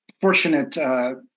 fortunate